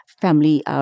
family